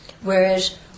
Whereas